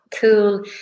cool